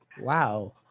wow